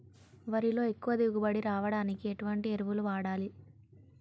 వరిలో ఎక్కువ దిగుబడి రావడానికి ఎటువంటి ఎరువులు వాడాలి?